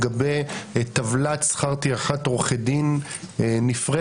לגבי טבלת שכר טרחת עורכי דין נפרדת,